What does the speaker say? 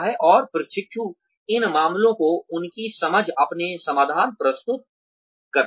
और प्रशिक्षु इन मामलों की उनकी समझ अपने समाधान प्रस्तुत करते हैं